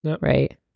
right